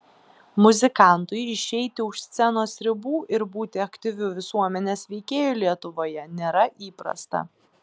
muzikantui išeiti už scenos ribų ir būti aktyviu visuomenės veikėju lietuvoje nėra įprasta